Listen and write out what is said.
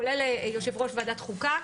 כולל יושב ראש ועדת חוקה,